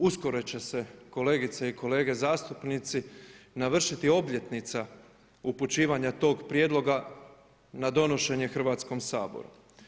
Uskoro će se, kolegice i kolege zastupnici navršiti obljetnica upućivanja tog prijedloga na donošenje Hrvatskom saboru.